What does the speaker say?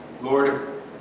Lord